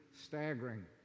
staggering